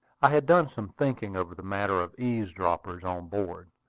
i had done some thinking over the matter of eavesdroppers on board.